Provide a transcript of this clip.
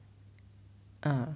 uh